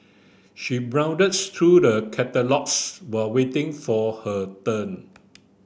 she browsed through the catalogues while waiting for her turn